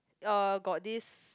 uh got this